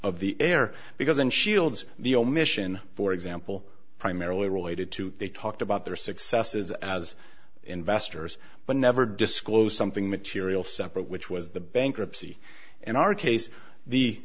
of the air because and shields the omission for example primarily related to they talked about their successes as investors but never disclose something material separate which was the bankruptcy in our case the